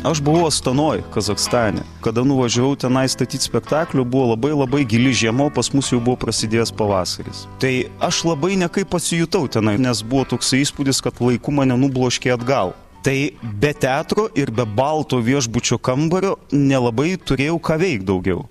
aš buvau astanoj kazachstane kada nuvažiavau tenai statyt spektaklių buvo labai labai gili žiema o pas mus jau buvo prasidėjęs pavasaris tai aš labai nekaip pasijutau tenai nes buvo toksai įspūdis kad laiku mane nubloškė atgal tai be teatro ir be balto viešbučio kambario nelabai turėjau ką veikt daugiau